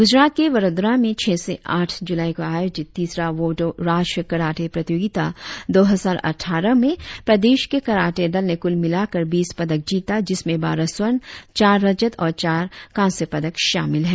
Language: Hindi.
ग्रजरात के वड़ोदरा में छह से आठ ज़ुलाई को आयोजित तिसरा वाडो राष्ट्रीय कराटे प्रतियोगिता दो हजार अट्ठारह में प्रदेश के कराटे दल ने कुल मिलाकर बीस पदक जीता जिसमें बारह स्वर्ण चार रजत और चार कांस्य पदक शामिल है